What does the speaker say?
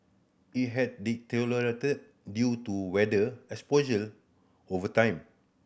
it had deteriorated due to weather exposure over time